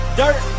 dirt